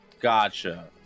gotcha